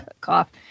Cough